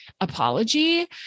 apology